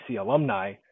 alumni